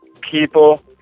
people